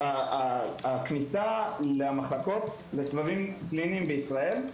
הכניסה מהמחלקות לסבבים קליניים בישראל,